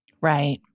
right